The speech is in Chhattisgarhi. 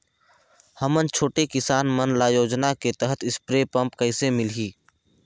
हमन छोटे किसान मन ल योजना के तहत स्प्रे पम्प कइसे मिलही?